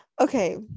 okay